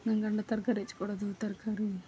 ನನ್ನ ಗಂಡ ತರಕಾರಿ ಹೆಚ್ಕೊಡೋದು ತರಕಾರಿ